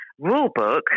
rulebook